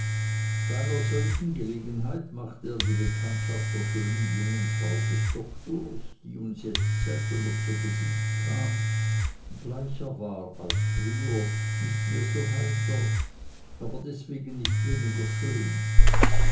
bei einer solchen gelegenheit machte er die bekanntschaft der schönen jungen frau des doktors die uns jetzt seltner zu gesicht kam bleicher war als früher nicht mehr so heiter aber deswegen nicht weniger schön